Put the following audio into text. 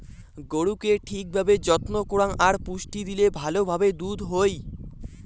গরুকে ঠিক ভাবে যত্ন করাং আর পুষ্টি দিলে ভালো ভাবে দুধ হই